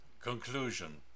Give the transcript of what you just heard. CONCLUSION